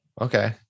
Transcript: okay